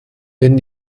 wenn